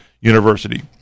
University